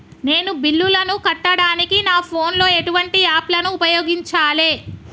నేను బిల్లులను కట్టడానికి నా ఫోన్ లో ఎటువంటి యాప్ లను ఉపయోగించాలే?